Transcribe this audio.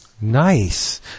Nice